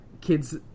kids